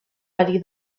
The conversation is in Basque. ari